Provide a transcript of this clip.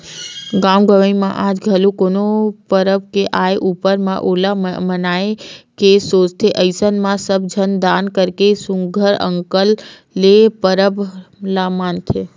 गाँव गंवई म आज घलो कोनो परब के आय ऊपर म ओला मनाए के सोचथे अइसन म सब झन दान करके सुग्घर अंकन ले परब ल मनाथे